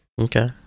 Okay